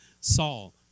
Saul